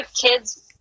kids